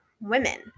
Women